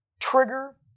trigger